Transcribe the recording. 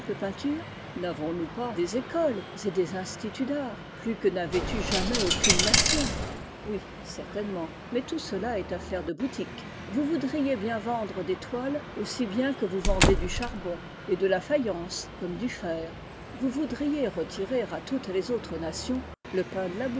n'avons-nous pas des écoles et des instituts d'art plus que n'avait eu jamais aucune nation oui certainement mais tout cela est affaire de boutique vous voudriez bien vendre des toiles aussi bien que vous vendez du charbon et de la faïence comme du fer vous voudriez retirer à toutes les autres nations le pain